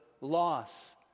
loss